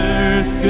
earth